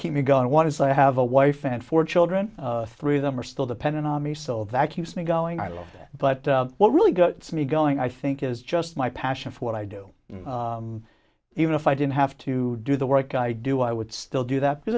keep me going what is i have a wife and four children three of them are still dependent on me so that keeps me going i love that but what really got me going i think is just my passion for what i do even if i didn't have to do the work i do i would still do that because